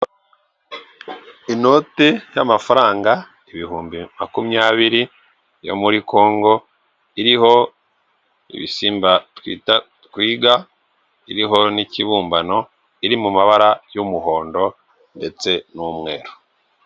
Inote y'amafaranga ibihumbi makumyabiri yo muri Kongo, iriho ibisimba twita twiga, iriho n'ikibumbano, iri mu mabara y'umuhondo ndetse n'umweru.